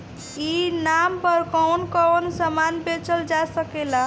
ई नाम पर कौन कौन समान बेचल जा सकेला?